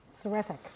Terrific